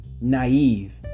Naive